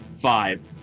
five